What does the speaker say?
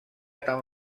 tan